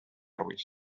ruiz